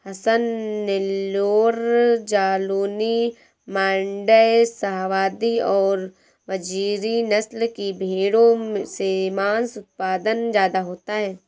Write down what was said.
हसन, नैल्लोर, जालौनी, माण्ड्या, शाहवादी और बजीरी नस्ल की भेंड़ों से माँस उत्पादन ज्यादा होता है